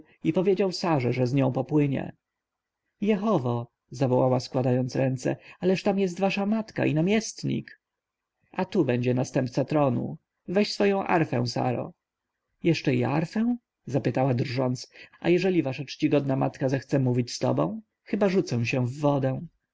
i powiedział sarze że z nią popłynie jehowo zawołała składając ręce ależ tam jest wasza matka i namiestnik a tu będzie następca tronu weź swoją arfę saro jeszcze i arfę zapytała drżąc a jeżeli wasza czcigodna matka zechce mówić z tobą chyba rzucę się w wodę